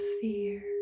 fear